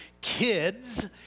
kids